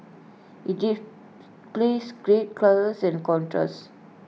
IT displays great colours and contrast